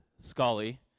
Scully